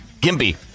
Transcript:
Gimpy